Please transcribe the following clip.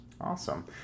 Awesome